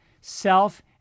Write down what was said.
self